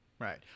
Right